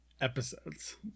episodes